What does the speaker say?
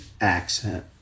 accent